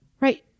right